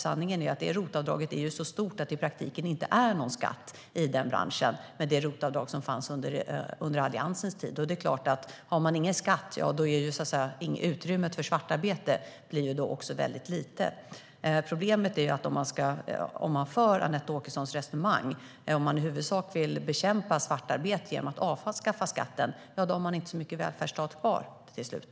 Sanningen är att det ROT-avdrag som fanns under Alliansens tid var så stort att det i praktiken inte fanns någon skatt i den branschen. Det är klart att utrymmet för svartarbete blir väldigt litet om man inte har någon skatt. Om man vill bekämpa svartarbete genom att i huvudsak avskaffa skatten är problemet med Anette Åkessons resonemang att man inte kommer att ha särskilt mycket välfärdsstat kvar till slut.